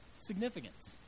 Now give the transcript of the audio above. significance